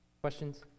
Questions